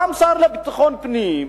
גם השר לביטחון פנים,